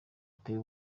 ateye